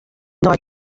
nei